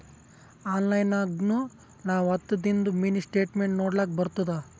online ನಾಗ್ನು ನಾವ್ ಹತ್ತದಿಂದು ಮಿನಿ ಸ್ಟೇಟ್ಮೆಂಟ್ ನೋಡ್ಲಕ್ ಬರ್ತುದ